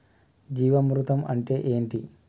జీవామృతం అంటే ఏంటి?